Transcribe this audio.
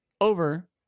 over